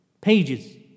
pages